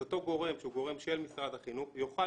אותו גורם שהוא גורם של משרד החינוך יוכל